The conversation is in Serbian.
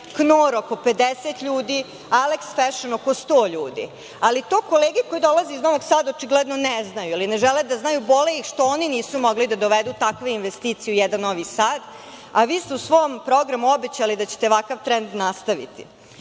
„Knor“ oko 50 ljudi, „Aleks fešon“ oko 100 ljudi. Ali, to kolege koje dolaze iz Novog Sada očigledno ne znaju ili ne žele da znaju, boli ih što oni nisu mogli da dovedu takve investicije u jedan Novi Sad, a vi ste u svom programu obećali da ćete ovakav trend nastaviti. Moram